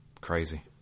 crazy